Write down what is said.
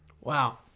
Wow